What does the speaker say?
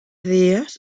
días